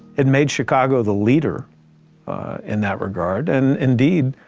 it made chicago the leader in that regard. and, indeed,